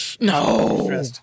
No